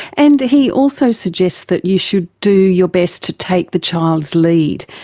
and he also suggests that you should do your best to take the child's lead,